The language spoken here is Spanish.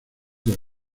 del